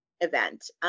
event